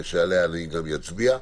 שעליה אני גם אצביע: